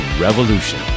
Revolution